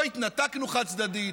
לא התנתקנו חד-צדדית.